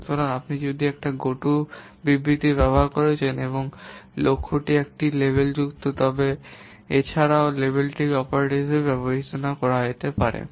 সুতরাং আপনি যদি একটি GOTO বিবৃতি ব্যবহার করছেন এবং লক্ষ্যটি একটি লেবেলযুক্ত তবে এছাড়াও লেবেলটিকে অপারেটর হিসাবে বিবেচনা করা হবে